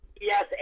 Yes